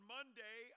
Monday